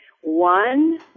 One